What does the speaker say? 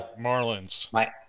Marlins